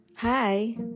Hi